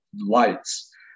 lights